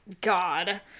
god